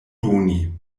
doni